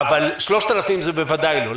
אבל 3,000 זה בוודאי לא.